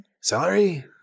Celery